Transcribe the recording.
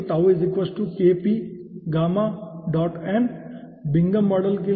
Bingham plastic model के लिए